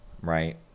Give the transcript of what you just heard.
right